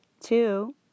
two